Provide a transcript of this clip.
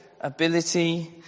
ability